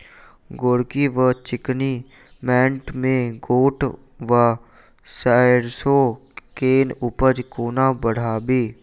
गोरकी वा चिकनी मैंट मे गोट वा सैरसो केँ उपज कोना बढ़ाबी?